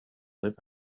live